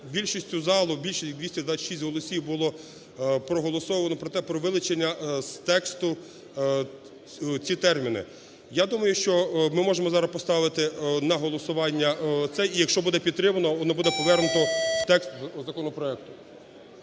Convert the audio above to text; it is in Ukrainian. більшістю залу, більше 226 голосів, було проголосовано про вилучення з тексту ці терміни. Я думаю, що ми можемо зараз поставити на голосування це і, якщо буде підтримано, воно буде повернуто в текст законопроекту.